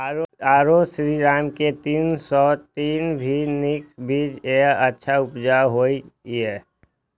आरो श्रीराम के तीन सौ तीन भी नीक बीज ये अच्छा उपज होय इय?